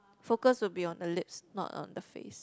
focus will be on the lips not on the face